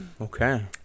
okay